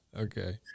Okay